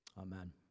Amen